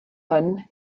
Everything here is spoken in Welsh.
hwn